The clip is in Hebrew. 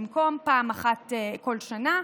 במקום פעם אחת בכל שנה.